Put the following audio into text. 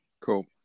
Cool